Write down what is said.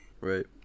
Right